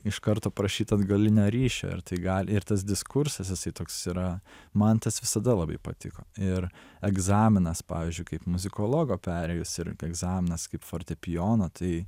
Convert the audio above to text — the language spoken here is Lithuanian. iš karto prašyt atgalinio ryšio ir tai gali ir tas diskursas jisai toks yra man tas visada labai patiko ir egzaminas pavyzdžiui kaip muzikologo perėjus ir egzaminas kaip fortepijono tai